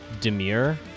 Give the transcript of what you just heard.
Demure